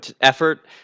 effort